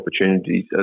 opportunities